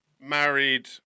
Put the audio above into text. married